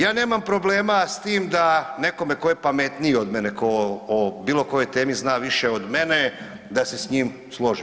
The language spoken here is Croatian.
Ja nemam problema s tim da nekome tko je pametniji od mene, tko o bilo kojoj temi zna više od mene da se s njim složim.